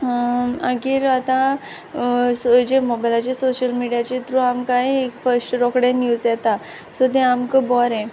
मागीर आतां मोबायलाचेर सोशियल मिडियाचे थ्रू आमकां एक फर्स्ट रोखडे न्यूज येता सो तें आमक बोरें